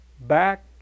Back